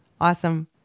Awesome